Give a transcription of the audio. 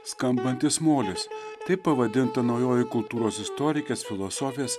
skambantis molis taip pavadinta naujoji kultūros istorikės filosofės